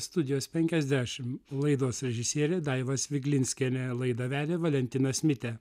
studijos penkiasdešim laidos režisierė daiva sviglinskienė laidą vedė valentinas mitė